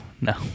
No